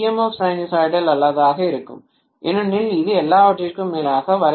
sinusoidal அல்லாததாக இருக்கும் ஏனெனில் இது எல்லாவற்றிற்கும் மேலாக வரையறுக்கப்படுகிறது